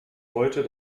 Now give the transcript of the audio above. heute